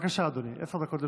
אדוני, עשר דקות לרשותך.